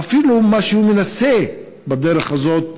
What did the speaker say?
אפילו במה שהוא מנסה לעשות בדרך הזאת,